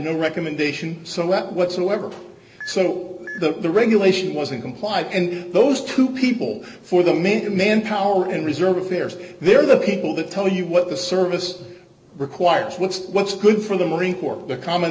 no recommendation somewhat whatsoever so the regulation wasn't complied and those two people for the main manpower and reserve affairs they're the people that tell you what the service requires what's what's good for the marine corps the comm